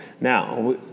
Now